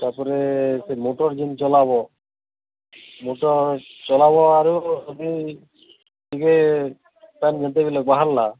ତା'ପରେ ସେଇ ମୋଟର୍ ଯେନ୍ ଚଲାବ ମୋଟର୍ ଚଲାବ ଆରୁ ଯଦି ଟିକେ ତାର୍ ଯେତେବେଳେ ବାହାରଲା